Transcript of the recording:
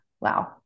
Wow